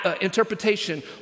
Interpretation